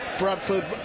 Bradford